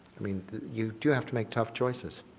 i mean you do have to make tough choices.